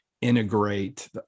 integrate